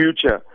future